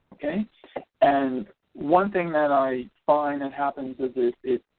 and one thing that i find that happens is is if